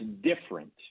different